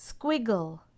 squiggle